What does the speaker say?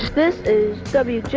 this is so wjak,